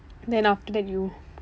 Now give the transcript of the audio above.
then after that you